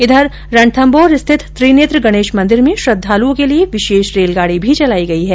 इधर रणथम्मौर स्थित त्रिनेत्र गणेश मंदिर में श्रद्धालुओं के लिये विशेष रेलगाडी भी चलाई गई है